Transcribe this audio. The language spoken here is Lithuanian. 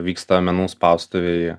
vyksta menų spaustuvėj